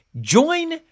join